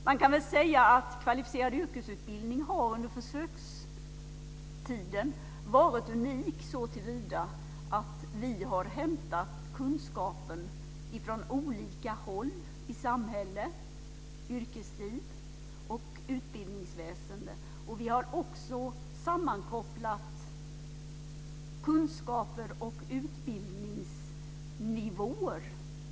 Man kan väl säga att kvalificerad yrkesutbildning under försökstiden har varit unik såtillvida att vi har hämtat kunskapen från olika håll i samhälle, yrkesliv och utbildningsväsende. Vi har också sammankopplat kunskaper och utbildningsnivåer.